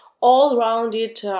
all-rounded